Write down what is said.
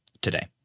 today